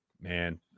man